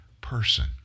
person